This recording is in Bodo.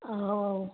अ